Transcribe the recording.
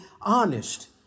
honest